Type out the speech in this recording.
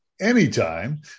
Anytime